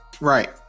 Right